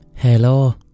hello